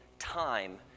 ...time